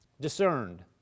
discerned